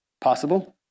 possible